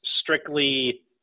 strictly